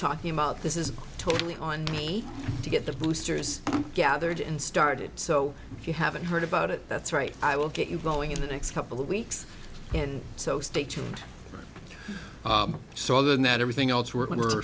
talking about this is totally on me to get the boosters gathered and started so you haven't heard about it that's right i will get you going in the next couple of weeks and so stay tuned so other than that everything else we're